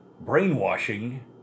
brainwashing